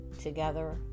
together